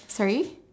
sorry